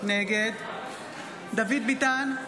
נגד דוד ביטן,